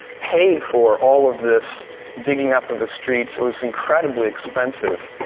paid for all of this digging up of the streets. it was incredibly expensive.